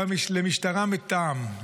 למשטרה מטעם,